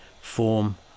form